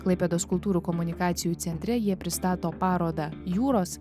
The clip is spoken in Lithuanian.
klaipėdos kultūrų komunikacijų centre jie pristato parodą jūros